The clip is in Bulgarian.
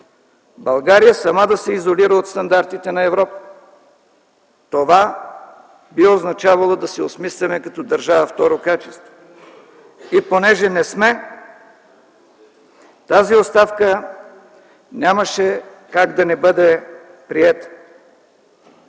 България сама да се изолира от стандартите на Европа. Това би означавало да се осмислим като държава второ качество. И понеже не сме, тази оставка нямаше как да не бъде приета.